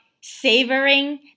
savoring